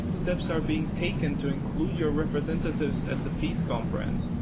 steps are being taken to include your representatives at the peace conference,